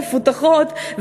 מפותחות,